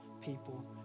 people